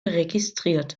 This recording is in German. registriert